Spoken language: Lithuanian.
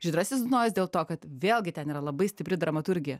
žydrasis dunojus dėl to kad vėlgi ten yra labai stipri dramaturgija